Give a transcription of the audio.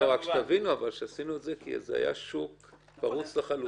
רק שתבינו שעשינו את זה כי זה היה שוק פרוץ לחלוטין.